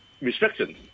restrictions